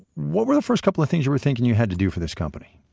what were the first couple of things you were thinking you had to do for this company?